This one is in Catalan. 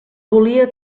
volia